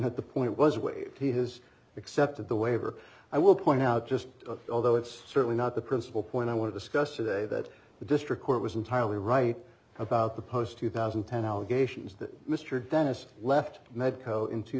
that the point was when he has accepted the waiver i will point out just although it's certainly not the principal point i want to scuff say that the district court was entirely right about the post two thousand and ten allegations that mr dennis left medco in two